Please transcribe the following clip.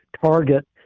target